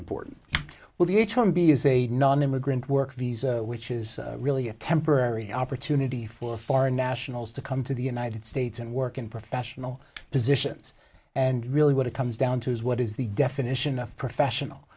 important well the h one b is a nonimmigrant work visa which is really a temporary opportunity for foreign nationals to come to the united states and work in professional positions and really what it comes down to is what is the definition of professional